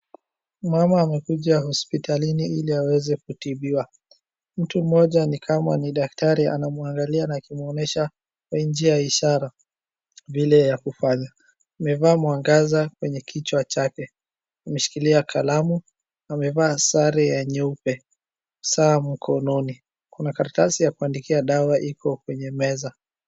Mama amekuja hospitalini ili aweze kutibiwa. Mtu mmoja ni kama ni daktari anamwangalia na akimwonyesha kwa njia ya ishara vile ya kufanya. Amevaa mwangaza kwenye kichwa chake. Ameshikilia kalamu, amevaa sare nyeupe, saa mkononi, kuna karatasi ya kuandikia dawa iko kwenye meza.